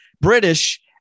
British